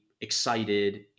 excited